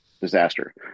disaster